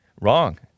Wrong